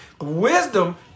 Wisdom